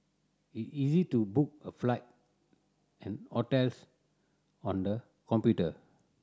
it is easy to book a flight and hotels on the computer